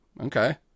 okay